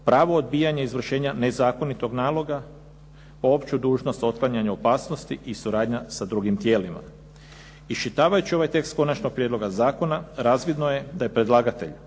pravo odbijanja izvršenja nezakonitog naloga, opću dužnost otklanjanja opasnosti i suradnja s drugim tijelima. Iščitavajući ovaj tekst konačnog prijedloga zakona razvidno je da je predlagatelj